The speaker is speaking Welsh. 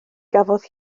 gafodd